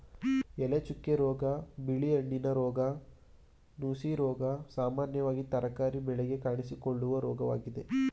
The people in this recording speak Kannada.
ಎಲೆಚುಕ್ಕೆ ರೋಗ, ಬಿಳಿ ಹೆಣ್ಣಿನ ರೋಗ, ನುಸಿರೋಗ ಸಾಮಾನ್ಯವಾಗಿ ತರಕಾರಿ ಬೆಳೆಗೆ ಕಾಣಿಸಿಕೊಳ್ಳುವ ರೋಗವಾಗಿದೆ